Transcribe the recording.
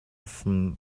from